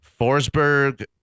Forsberg